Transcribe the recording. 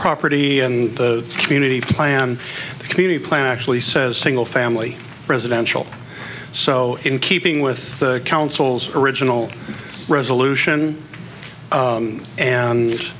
property and the community plan community plan actually says single family residential so in keeping with the council's original resolution